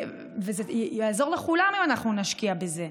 וזה יעזור לכולם אם אנחנו נשקיע בזה.